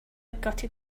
gutted